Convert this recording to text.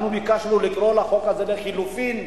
אנחנו ביקשנו לקרוא לחוק הזה לחלופין: